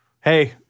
hey